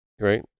right